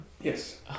Yes